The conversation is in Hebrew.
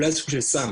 אולי זה סוג של סם.